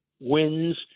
wins